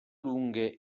lunghe